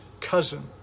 cousin